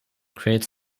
creates